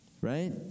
right